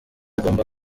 igomba